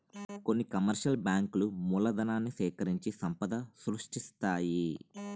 కొన్ని కమర్షియల్ బ్యాంకులు మూలధనాన్ని సేకరించి సంపద సృష్టిస్తాయి